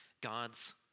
God's